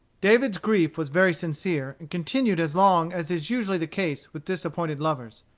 david's grief was very sincere, and continued as long as is usually the case with disappointed lovers.